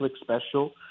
special